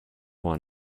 one